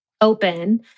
open